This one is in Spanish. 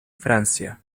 francia